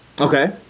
Okay